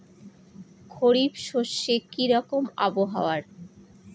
খরিফ শস্যে কি রকম আবহাওয়ার?